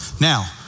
now